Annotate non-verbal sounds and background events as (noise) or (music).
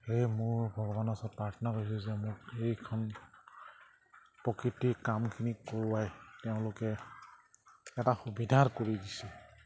সেয়ে মোৰ ভগৱানৰ ওচৰত (unintelligible) হৈছে যে মোক এইখন প্ৰকৃতিৰ কামখিনি কৰোৱাই তেওঁলোকে এটা সুবিধা কৰি দিছে